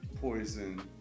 poison